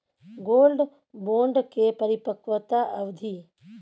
Gold bond के परिपक्वता अवधि?